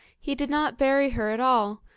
he did not bury her at all,